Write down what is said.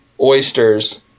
oysters